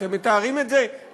אתם מתארים את זה לעצמכם,